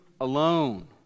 alone